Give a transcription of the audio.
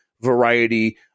variety